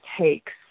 takes